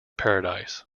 paradise